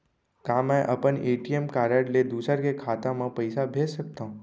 का मैं अपन ए.टी.एम कारड ले दूसर के खाता म पइसा भेज सकथव?